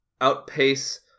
outpace